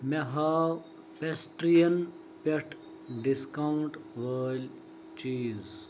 مےٚ ہاو پیسٹِرٛین پٮ۪ٹھ ڈِسکاونٛٹ وٲلۍ چیٖز